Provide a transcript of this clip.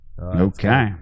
Okay